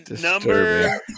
Number